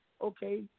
Okay